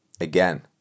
again